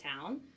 town